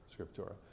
Scriptura